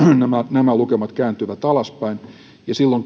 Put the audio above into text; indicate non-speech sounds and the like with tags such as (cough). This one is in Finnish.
nämä lukemat kääntyvät alaspäin silloin (unintelligible)